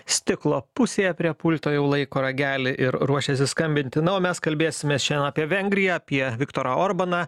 stiklo pusėje prie pulto jau laiko ragelį ir ruošiasi skambinti na o mes kalbėsime šiandien apie vengriją apie viktorą orbaną